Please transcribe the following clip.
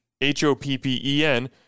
H-O-P-P-E-N